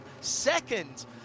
second